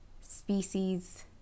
species